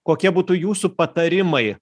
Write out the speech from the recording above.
kokie būtų jūsų patarimai